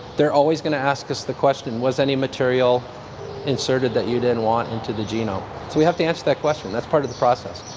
they're always going to ask us the question was any material inserted that you didn't want into the genome? so we have to answer that question. that's part of the process,